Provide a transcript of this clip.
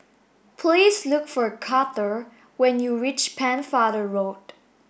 please look for Karter when you reach Pennefather Road